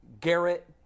Garrett